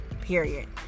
Period